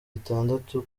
itandatu